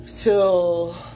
till